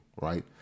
right